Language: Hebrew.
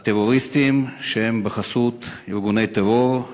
הטרוריסטים, שהם בחסות ארגוני טרור,